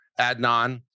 Adnan